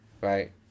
Right